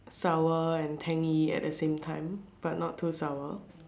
sour and tangy at the same time but not too sour